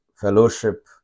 fellowship